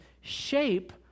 shape